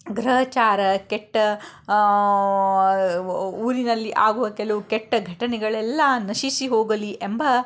ಗ್ರಹಚಾರ ಕೆಟ್ಟ ಊರಿನಲ್ಲಿ ಆಗುವ ಕೆಲವು ಕೆಟ್ಟ ಘಟನೆಗಳೆಲ್ಲ ನಶಿಸಿ ಹೋಗಲಿ ಎಂಬ